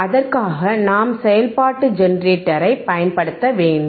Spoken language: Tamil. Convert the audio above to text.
அதற்காக நாம் செயல்பாட்டு ஜெனரேட்டரைப் பயன்படுத்த வேண்டும்